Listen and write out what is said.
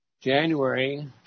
January